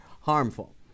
harmful